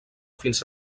fins